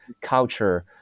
culture